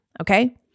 Okay